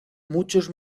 muchos